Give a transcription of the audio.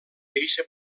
deixa